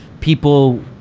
people